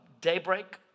Daybreak